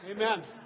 Amen